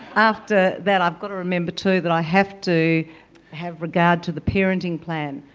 after that i've got to remember too, that i have to have regard to the parenting plan.